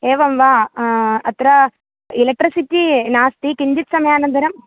एवं वा अत्र एलेक्ट्रिसिटि नास्ति किञ्चित् समयानन्तरम्